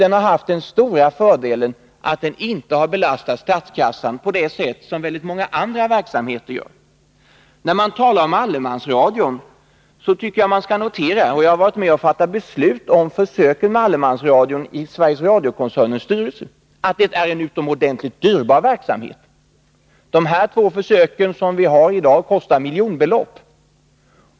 Den har också haft den stora fördelen att den inte har belastat statskassan på det sätt som många andra verksamheter gör. När man talar om allemansradion skall man notera att det är en utomordentligt dyrbar verksamhet. Jag har varit med om att styrelsen för Sveriges Radio-koncernen fatta beslut om försöken med allemansradio. De två försök som vi i dag har kostar miljonbelopp.